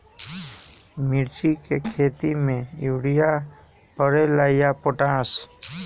मिर्ची के खेती में यूरिया परेला या पोटाश?